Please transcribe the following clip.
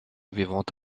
vivante